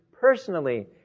personally